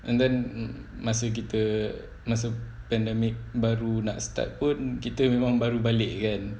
and then mm masa kita masuk pandemic baru nak start pun kita memang baru balik kan